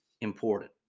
important